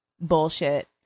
bullshit